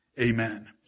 Amen